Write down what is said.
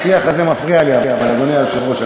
השיח הזה מפריע לי, אדוני היושב-ראש.